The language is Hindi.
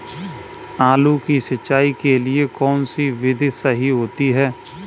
आलू की सिंचाई के लिए कौन सी विधि सही होती है?